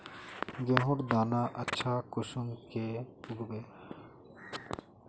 गेहूँर दाना अच्छा कुंसम के उगबे?